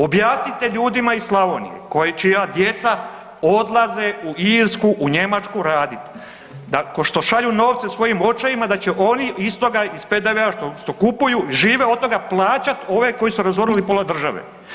Objasnite ljudima iz Slavonije čija djeca odlaze u Irsku, u Njemačku raditi, da kao što šalju novce svojim očevima da će oni iz toga iz PDV-a što kupuju, žive od toga plaćati ove koji su razorili pola države.